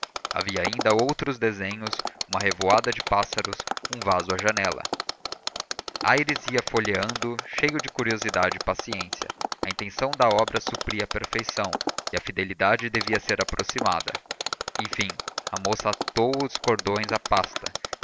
havia ainda outros desenhos uma revoada de pássaros um vaso à janela aires ia folheando cheio de curiosidade e paciência a intenção da obra supria a perfeição e a fidelidade devia ser aproximada enfim a moça atou os cordões à pasta